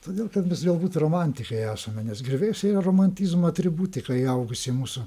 todėl kad mes galbūt romantikai esame nes griuvėsiai yra romantizmo atributika įaugusi į mūsų